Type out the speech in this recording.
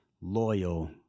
loyal